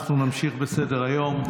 אנחנו נמשיך בסדר-היום.